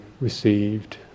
received